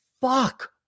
fuck